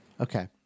okay